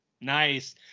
Nice